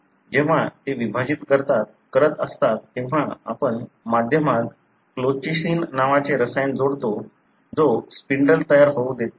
जेव्हा ते विभाजित करत असतात तेव्हा आपण माध्यमात कोल्चिसिन नावाचे रसायन जोडता जो स्पिंडल तयार होऊ देत नाही